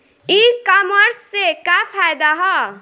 ई कामर्स से का फायदा ह?